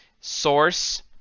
source